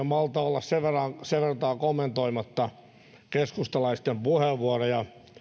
malta olla sen vertaa kommentoimatta keskustalaisten puheenvuoroja